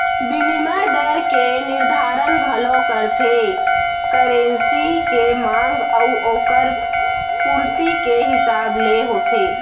बिनिमय दर के निरधारन घलौ करथे करेंसी के मांग अउ ओकर पुरती के हिसाब ले होथे